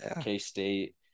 K-State